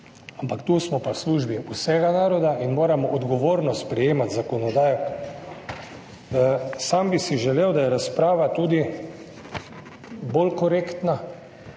ampak tu smo pa v službi vsega naroda in moramo odgovorno sprejemati zakonodajo. Želel bi, da je razprava tudi bolj korektna. Nonstop